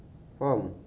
faham